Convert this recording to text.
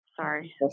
sorry